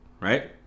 right